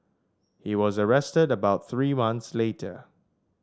he was arrested about three months later